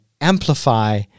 amplify